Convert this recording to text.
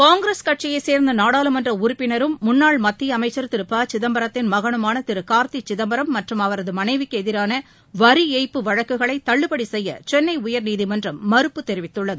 காங்கிரஸ் கட்சியை சேர்ந்த நாடாளுமன்ற உறுப்பினரும் முன்னாள் மத்திய அமைச்சர் திரு ப சிதப்பரத்தின் மகனுமான திரு கார்த்தி சிதப்பரம் மற்றும் அவரது மனைவிக்கு எதிரான வரி ஏய்ப்பு வழக்குகளை தள்ளுபடி செய்ய சென்னை உயர்நீதிமன்றம் மறுப்பு தெரிவித்துள்ளது